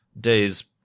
days